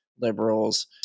liberals